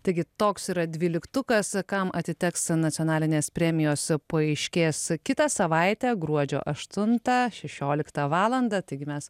taigi toks yra dvyliktukas kam atiteks nacionalinės premijos paaiškės kitą savaitę gruodžio aštuntą šešioliktą valandą taigi mes